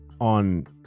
On